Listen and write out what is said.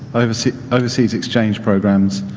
overseas overseas exchange programs,